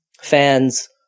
fans